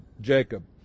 Jacob